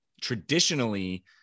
traditionally